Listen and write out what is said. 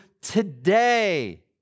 today